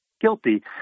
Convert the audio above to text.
guilty